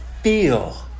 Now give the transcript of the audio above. feel